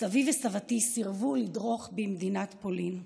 סבי וסבי סירבו לדרוך במדינת פולין.